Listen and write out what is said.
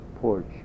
porch